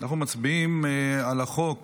אנחנו מצביעים על החוק.